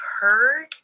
heard